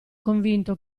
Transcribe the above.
convinto